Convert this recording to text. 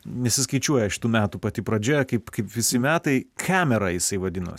nesiskaičiuoja šitų metų pati pradžia kaip kaip visi metai kamera jisai vadinasi